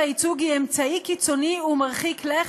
ייצוג היא אמצעי קיצוני ומרחיק לכת,